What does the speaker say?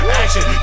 action